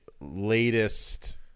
latest